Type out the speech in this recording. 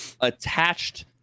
attached